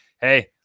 Hey